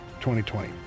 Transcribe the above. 2020